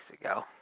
ago